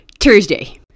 thursday